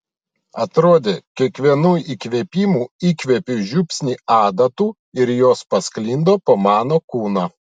atrodė kiekvienu įkvėpimu įkvepiu žiupsnį adatų ir jos pasklinda po mano kūną